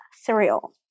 cereal